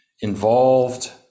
involved